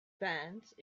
fans